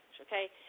Okay